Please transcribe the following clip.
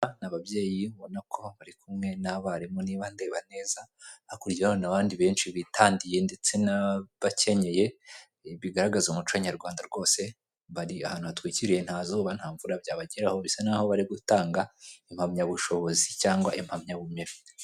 Bariya ni ababyeyi ubona ko bari kumwe n'abarimu niba ndeba neza. Hakurya urahabona abandi benshi bitandiye ndetse n'abakenyeye, bigaragaza umuco nyarwanda rwose. Bari ahantu hatwikiriye, nta zuba, nta mvura byabageraho, bisa naho bari gutanga impamyabushobozi cyangwa impamyabumenyi.